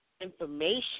information